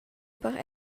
per